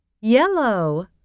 yellow